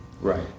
Right